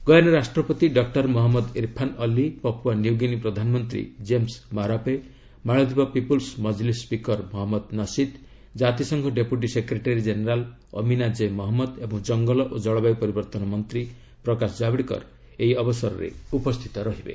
Guyana ରାଷ୍ଟ୍ରପତି doctor Mohamed Irfaan Ali Papua New Guinea ପ୍ରଧାନମନ୍ତ୍ରୀ James Marape Maldives People's Majlis speaker Mohamed Nasheed ଜାତିସଂଘ deputy secretary general Amina J Mohammed ଏବଂ ଜଙ୍ଗଲ ଓ ଜଳବାୟୁ ପରବର୍ତ୍ତନ ମନ୍ତ୍ରୀ ପ୍ରକାଶ ଜାବଡେକର ଏହି ଅବସରରେ ଉପସ୍ଥିତ ରହିବେ